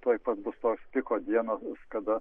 tuoj pat bus tos piko dienos kada